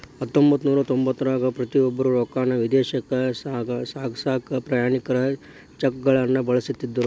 ಹತ್ತೊಂಬತ್ತನೂರ ತೊಂಬತ್ತರಾಗ ಪ್ರತಿಯೊಬ್ರು ರೊಕ್ಕಾನ ವಿದೇಶಕ್ಕ ಸಾಗ್ಸಕಾ ಪ್ರಯಾಣಿಕರ ಚೆಕ್ಗಳನ್ನ ಬಳಸ್ತಿದ್ರು